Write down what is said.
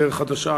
בדרך חדשה.